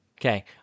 Okay